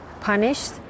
punished